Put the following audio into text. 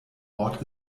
ort